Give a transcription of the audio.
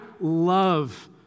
love